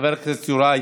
חבר הכנסת יוראי.